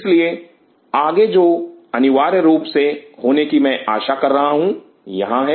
इसलिए आगे जो अनिवार्य रूप से होने की मैं आशा कर रहा हूं यहां है